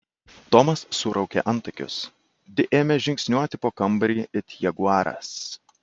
tomas suraukė antakius di ėmė žingsniuoti po kambarį it jaguaras